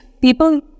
people